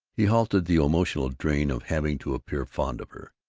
he hated the emotional drain of having to appear fond of her.